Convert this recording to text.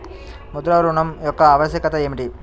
ముద్ర ఋణం యొక్క ఆవశ్యకత ఏమిటీ?